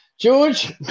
George